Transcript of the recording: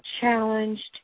challenged